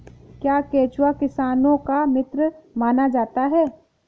क्या केंचुआ किसानों का मित्र माना जाता है?